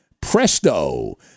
presto